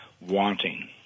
wanting